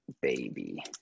baby